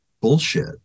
bullshit